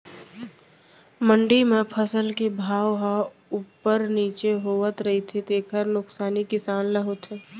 मंडी म फसल के भाव ह उप्पर नीचे होवत रहिथे तेखर नुकसानी किसान ल होथे